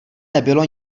nebylo